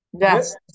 Yes